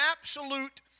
absolute